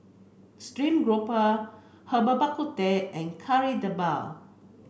Stream Grouper Herbal Bak Ku Teh and Kari Debal